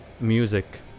music